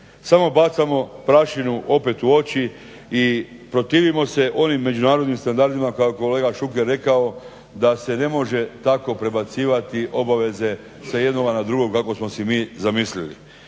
samo bacamo prašinu opet u oči i protivimo se onim međunarodnim standardima kako je kolega Šuker rekao da se ne može tako prebacivati obaveze, sa jednoga na drugo kako smo si mi zamislili.